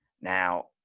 Now